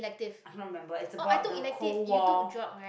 I'm not remember it's about the cold war